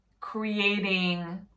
creating